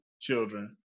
children